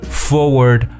forward